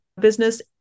business